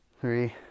three